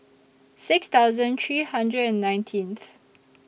six thousand three hundred and nineteenth